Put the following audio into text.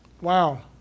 Wow